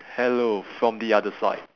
hello from the other side